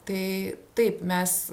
tai taip mes